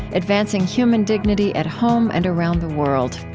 advancing human dignity at home and around the world.